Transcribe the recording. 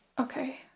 Okay